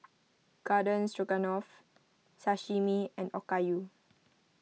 Garden Stroganoff Sashimi and Okayu